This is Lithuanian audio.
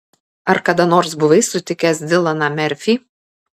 ar kada nors buvai sutikęs dilaną merfį